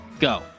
Go